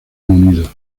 unido